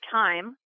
time